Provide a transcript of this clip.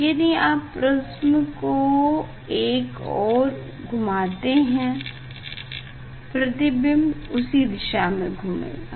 यदि आप प्रिस्म को एक ओर घूमाते हैं ये प्रतिबिंब उसी दिशा मे घूमेंगे